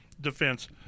defense